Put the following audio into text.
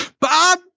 Bob